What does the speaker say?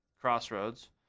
Crossroads